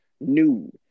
new